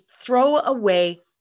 throwaway